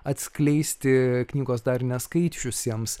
atskleisti knygos dar neskaičiusiems